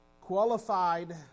qualified